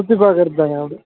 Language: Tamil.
சுற்றிப் பாக்கிறதுக்குதாங்க